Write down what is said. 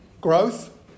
growth